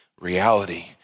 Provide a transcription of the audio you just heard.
reality